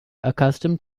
accustomed